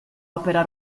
opera